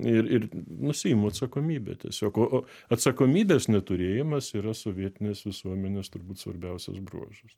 ir ir nusiimu atsakomybę tiesiog atsakomybės neturėjimas yra sovietinės visuomenės turbūt svarbiausias bruožas